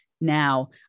now